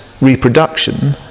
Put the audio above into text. reproduction